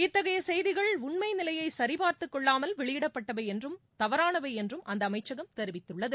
இத்தகைய செய்திகள் உண்மை நிலையை சரிபார்த்து கொள்ளாமல் வெளியிடப்பட்டவை என்றும் தவறானவை என்றும் அந்த அமைச்சகம் தெரிவித்துள்ளது